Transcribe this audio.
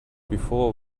before